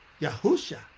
Yahusha